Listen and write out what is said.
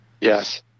Yes